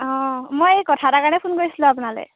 অঁ মই এই কথা এটাৰ কাৰণে ফোন কৰিছিলোঁ আপোনালৈ